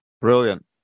Brilliant